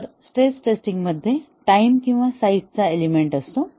तर stress testing मध्ये time किंवा साईझ चा एलिमेंट असतो